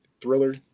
thriller